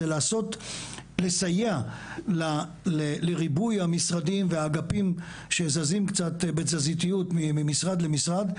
זה לסייע לריבוי המשרדי והאגפים שזזים קצת בתזזיתיות ממשרד למשרד,